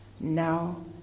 now